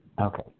Okay